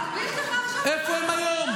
איפה הם היום?